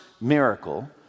miracle